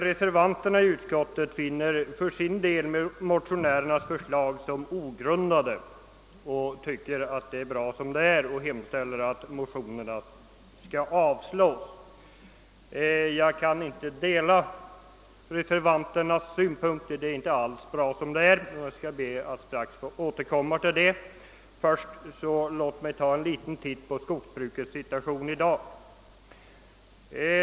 Reservanterna i utskottet finner för sin del motionärernas förslag ogrundade och tycker att förhållandena är bra som de är och hemställer att motionerna skall avslås. Jag kan inte dela reservanternas synpunkter. Förhållandena är inte alls bra som de är, och jag skall be att strax få återkomma till det. Låt mig först se litet på skogsbrukets situation av i dag.